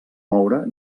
moure